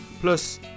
Plus